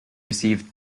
received